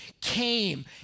came